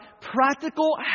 practical